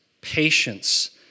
patience